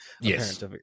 yes